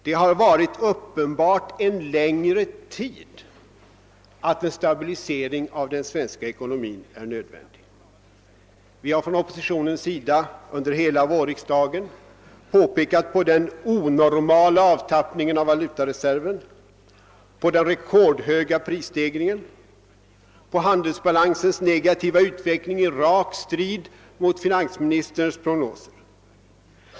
Det har varit uppenbart en längre tid, att en stabilisering av den svenska ekonomin är nödvändig. Vi har från oppositionens sida under hela vårriksdagen påpekat den onormala avtappningen av valutareserven, den rekordhöga prisstegringen och handelsbalansens negativa utveckling i rak strid mot finansministerns prognoser.